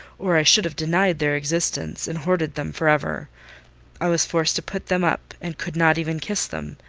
or i should have denied their existence, and hoarded them for ever i was forced to put them up, and could not even kiss them.